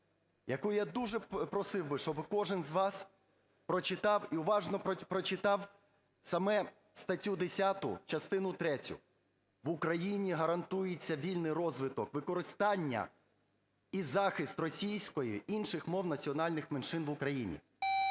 яку я дуже просив би, щоб кожен з вас прочитав і уважно прочитав саме статтю 10 частину третю: "В Україні гарантується вільний розвиток, використання і захист російської, інших мов національних меншин України".